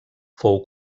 fou